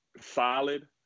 solid